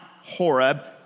Horeb